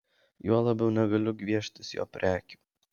juo labiau negaliu gvieštis jo prekių